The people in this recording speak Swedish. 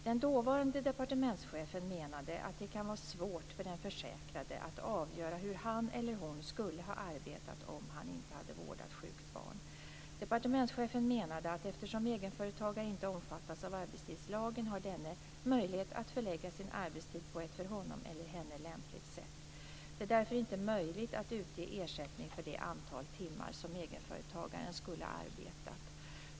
Den dåvarande departementschefen menade att det kan vara svårt för den försäkrade att avgöra hur han eller hon skulle ha arbetat om han eller hon inte hade vårdat sjukt barn. Departementschefen menade att eftersom egenföretagare inte omfattas av arbetstidslagen har dessa möjlighet att förlägga sin arbetstid på ett för dem själva lämpligt sätt. Det är därför inte möjligt att utge ersättning för det antal timmar som egenföretagaren skulle ha arbetat.